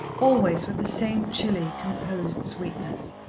always with the same chilly, composed sweetness.